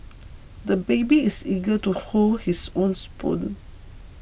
the baby is eager to hold his own spoon